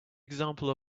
example